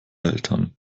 eltern